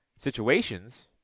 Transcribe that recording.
situations